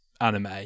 anime